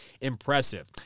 impressive